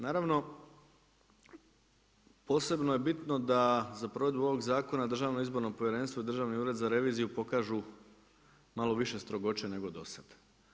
Naravno, posebno je bitno da za provedbu ovog zakona Državno izborno povjerenstvo i Državni ured za reviziju pokažu malo više strogoće nego do sada.